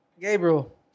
Gabriel